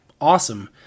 awesome